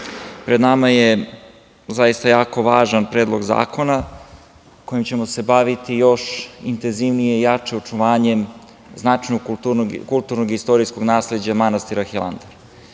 pred nama je zaista jako važan Predlog zakona kojim ćemo se baviti još intenzivnije i jače očuvanjem značajnog kulturno-istorijskog nasleđa manastira Hilandar. Ne